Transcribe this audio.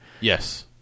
Yes